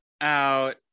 out